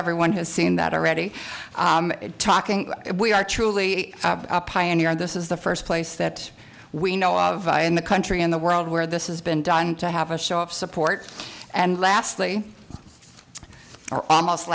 everyone has seen that already talking about it we are truly a pioneer and this is the first place that we know of in the country in the world where this is been done to have a show of support and lastly are almost